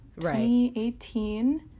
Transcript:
2018